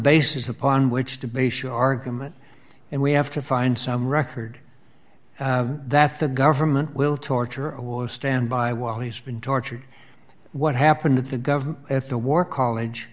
basis upon which to base your argument and we have to find some record that the government will torture or stand by while he's been tortured what happened at the government at the war college